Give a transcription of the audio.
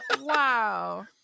Wow